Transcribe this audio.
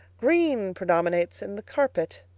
green predominates in the carpet.